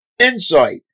Insight